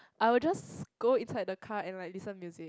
I would just go inside the car and like listen music